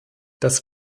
das